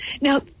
now